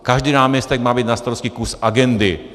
Každý náměstek má mít na starosti kus agendy.